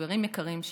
חברים יקרים שלי,